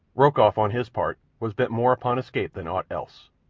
rokoff, on his part, was bent more upon escape than aught else.